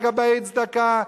וגבאי צדקה,